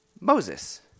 Moses